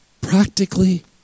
practically